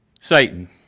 Satan